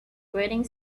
grating